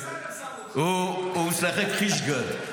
הוא משחק חיש-גד,